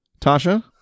tasha